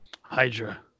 Hydra